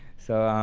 so